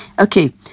Okay